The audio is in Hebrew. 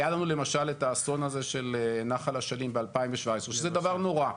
היה לנו למשל את האסון הזה של נחל אשלים ב-2017 שזה דבר נורא,